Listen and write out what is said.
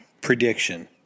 Prediction